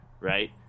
right